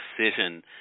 decision